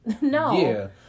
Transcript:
No